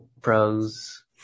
pros